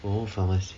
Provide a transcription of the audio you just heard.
oh pharmacy